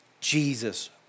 Jesus